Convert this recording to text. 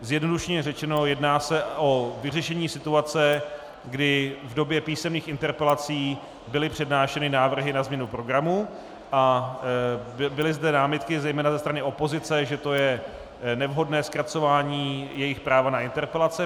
Zjednodušeně řečeno, jedná se o vyřešení situace, kdy v době písemných interpelací byly přednášeny návrhy na změnu programu a byly zde námitky zejména ze strany opozice, že to je nevhodné zkracování jejich práva na interpelace.